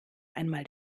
einmal